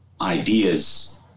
ideas